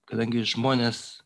kadangi žmonės